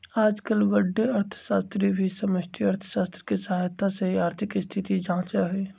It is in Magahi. आजकल बडे अर्थशास्त्री भी समष्टि अर्थशास्त्र के सहायता से ही आर्थिक स्थिति जांचा हई